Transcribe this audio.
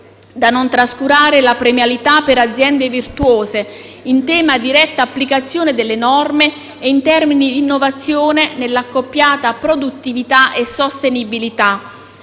Da non trascurare é la premialità per aziende virtuose, in tema di retta applicazione delle norme e in termini di innovazione nell'accoppiata produttività e sostenibilità.